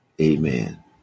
amen